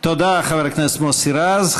תודה, חבר הכנסת מוסי רז.